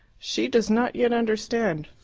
she does not yet understand.